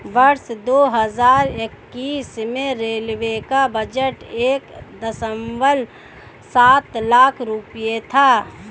वर्ष दो हज़ार इक्कीस में रेलवे का बजट एक दशमलव सात लाख रूपये था